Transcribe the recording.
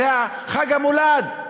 זה חג המולד,